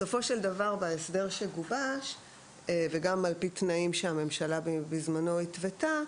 בסופו של דבר בהסדר שגובש וגם על פי תנאים שהממשלה בזמנו התוותה,